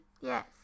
Yes